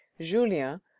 Julien